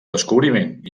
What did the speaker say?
descobriment